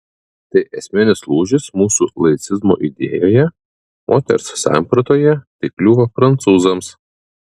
tai esminis lūžis mūsų laicizmo idėjoje moters sampratoje tai kliūva prancūzams